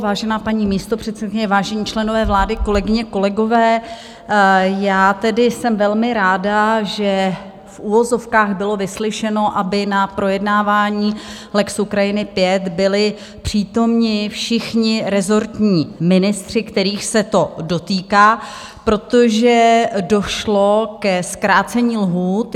Vážená paní místopředsedkyně, vážení členové vlády, kolegyně, kolegové, já tedy jsem velmi ráda, že v uvozovkách bylo vyslyšeno, aby na projednávání lex Ukrajina V byli přítomni všichni rezortní ministři, kterých se to dotýká, protože došlo ke zkrácení lhůt.